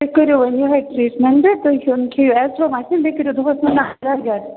تُہۍ کٔرِو وۄنۍ یِہوٚے ٹرٛیٖٹمٮ۪نٛٹ تُہۍ کھیٚیِو اٮ۪زتھرٛومایسٕن بیٚیہِ کٔرِو دۄہَس نُنہٕ آبہٕ گَرگَر